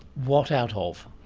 what out ah of?